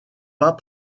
pas